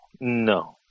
No